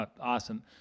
Awesome